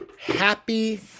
Happy